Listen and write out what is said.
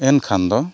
ᱮᱱᱠᱷᱟᱱ ᱫᱚ